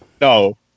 no